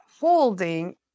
holding